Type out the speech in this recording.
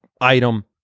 item